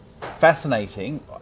fascinating